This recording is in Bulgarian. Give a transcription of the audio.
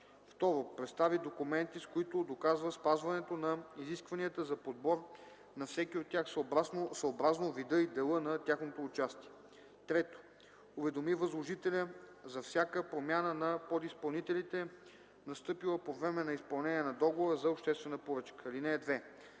2. представи документи, с които доказва спазването на изискванията за подбор на всеки от тях съобразно вида и дела на тяхното участие; 3. уведоми възложителя за всяка промяна на подизпълнителите, настъпила по време на изпълнение на договора за обществена поръчка. (2)